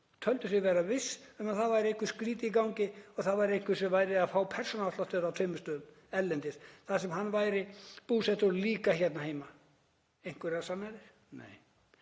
töldu sig vera viss um að það væri eitthvað skrýtið í gangi, að það væri einhver sem væri að fá persónuafslátt á tveimur stöðum, erlendis þar sem hann væri búsettur og líka hérna heima. Einhverjar sannanir? Nei.